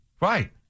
Right